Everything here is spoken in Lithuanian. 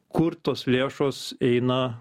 kur tos lėšos eina